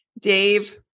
Dave